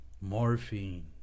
Morphine